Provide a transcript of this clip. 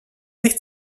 sich